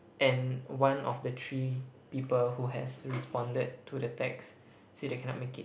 and one of the three people who has responded to the text say they cannot make it